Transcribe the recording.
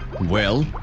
well,